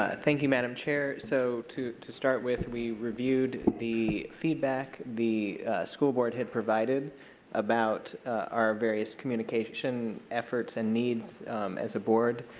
ah thank you, madam chair. so to to start with we reviewed the feedback, the school board had provided about our various communication efforts and needs as a board.